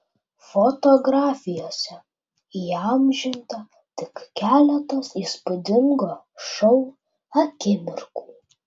fotografijose įamžinta tik keletas įspūdingo šou akimirkų